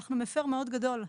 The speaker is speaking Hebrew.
אנחנו מפר מאוד גדול.